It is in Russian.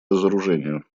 разоружению